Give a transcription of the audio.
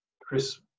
chris